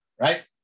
Right